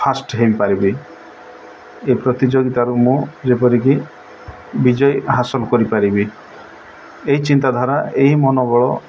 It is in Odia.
ଫାର୍ଷ୍ଟ ହୋଇପାରିବି ଏ ପ୍ରତିଯୋଗିତାରୁ ମୁଁ ଯେପରିକି ବିଜୟ ହାସଲ କରିପାରିବି ଏ ଚିନ୍ତାଧାରା ଏହି ମନୋବଳ